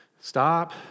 stop